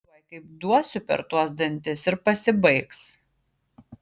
tuoj kaip duosiu per tuos dantis ir pasibaigs